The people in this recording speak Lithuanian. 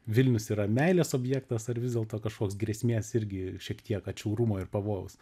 vilnius yra meilės objektas ar vis dėlto kažkoks grėsmės irgi šiek tiek atšiaurumo ir pavojaus